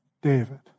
David